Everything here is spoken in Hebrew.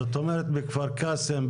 זאת אומרת בכפר קאסם,